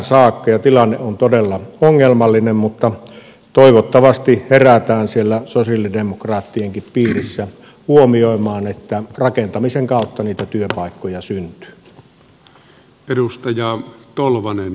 tilanne on todella ongelmallinen mutta toivottavasti herätään siellä sosialidemokraattienkin piirissä huomioimaan että rakentamisen kautta niitä työpaikkoja syntyy